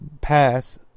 pass